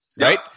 right